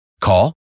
Call